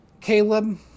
caleb